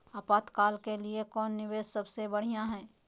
आपातकाल के लिए कौन निवेस सबसे बढ़िया है?